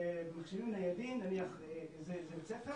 במכשירים ניידים נניח זה בית הספר